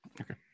Okay